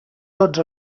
tots